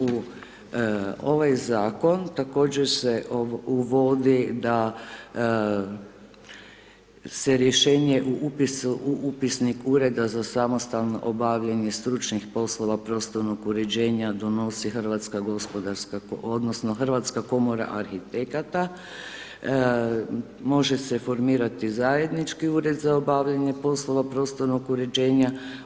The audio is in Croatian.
U ovaj zakon također se uvodi da se rješenje u upisnik ureda za samostalno obavljanje stručnih poslova prostornog uređenja donosi Hrvatska gospodarska komora, odnosno Hrvatska komora arhitekata, može se formirati zajednički ured za obavljanje poslova prostornog uređenja.